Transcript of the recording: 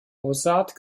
aussaat